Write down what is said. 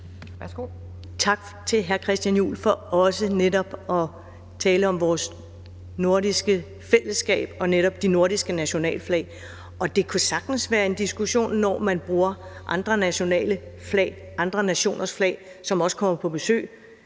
Tak til hr. Christian Juhl for netop også at tale om vores nordiske fællesskab og de nordiske nationalflag. Det kunne sagtens være en diskussion, når man bruger andre nationale flag, andre nationers flag ved besøg